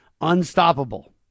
Unstoppable